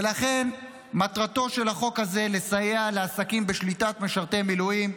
ולכן מטרתו של החוק הזה לסייע לעסקים בשליטת משרתי מילואים,